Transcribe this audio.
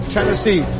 Tennessee